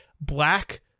black